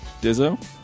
Dizzo